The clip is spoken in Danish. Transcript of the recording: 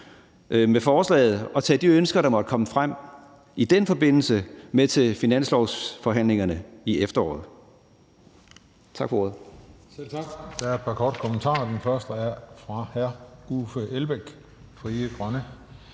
med forslaget og tage de ønsker, der måtte komme frem i den forbindelse, med til finanslovsforhandlingerne i efteråret.